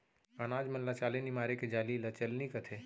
अनाज मन ल चाले निमारे के जाली ल चलनी कथें